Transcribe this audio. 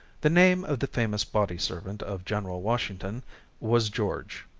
the name of the famous body-servant of general washington was george.